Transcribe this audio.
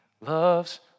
loves